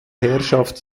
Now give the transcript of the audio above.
herrschaft